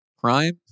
crime